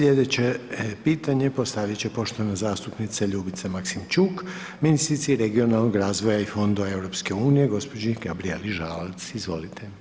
Sljedeće pitanje postaviti će poštovana zastupnica Ljubica Maksimčuk, ministrici regionalnog razvoja i fondova EU, gospođi Gabrijeli Žalac, izvolite.